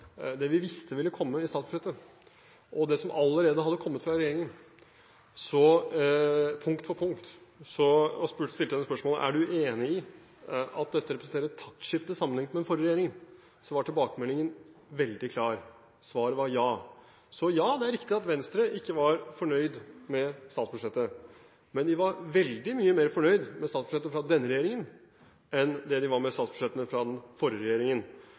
vi visste ville komme i statsbudsjettet, og det som allerede hadde kommet fra regjeringen – punkt for punkt. Da jeg stilte henne spørsmålet: Er du enig i at dette representerer et taktskifte sammenlignet med den forrige regjeringen, så var tilbakemeldingen veldig klar – svaret var ja. Så det er riktig at Venstre ikke var fornøyd med statsbudsjettet, men de var veldig mye mer fornøyd med statsbudsjettet fra denne regjeringen, enn det de var med statsbudsjettene fra den forrige regjeringen.